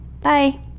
Bye